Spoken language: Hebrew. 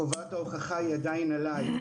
חובת ההוכחה היא עדיין עליי.